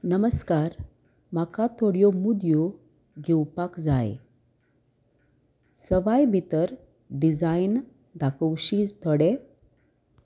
नमस्कार म्हाका थोड्यो मुद्यो घेवपाक जाय सवाय भितर डिझायन दाखोवशी थोडे